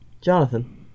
jonathan